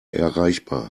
erreichbar